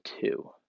two